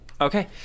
Okay